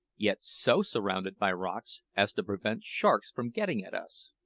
yet so surrounded by rocks as to prevent sharks from getting at us.